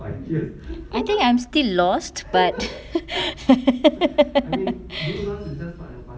I think I'm still lost but